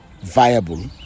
viable